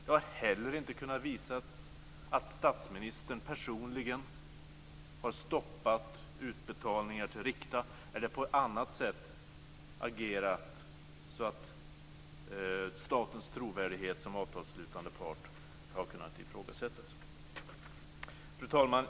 Det har heller inte kunnat visas att statsministern personligen har stoppat utbetalningar till Rikta eller på annat sätt agerat så att statens trovärdighet som avtalsslutande part har kunnat ifrågasättas. Fru talman!